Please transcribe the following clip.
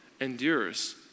endures